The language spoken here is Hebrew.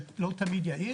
שלא תמיד יעיל.